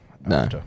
No